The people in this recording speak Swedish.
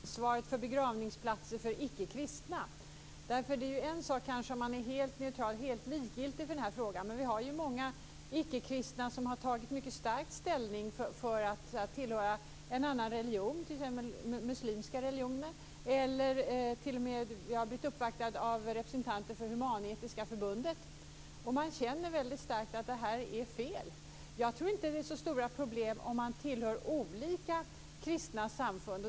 Fru talman! Jag kan inte ta lätt på denna fråga om ansvaret för begravningsplatser för icke-kristna. Det är kanske en sak om man är helt neutral och helt likgiltig i denna fråga. Men vi har ju många ickekristna som mycket starkt har tagit ställning för att tillhöra en annan religion, t.ex. muslimska religioner. Vi har också blivit uppvaktade av representanter för Humanetiska förbundet. Dessa icke-kristna människor känner mycket starkt att detta är fel. Jag tror inte att det är så stora problem om man tillhör olika kristna samfund.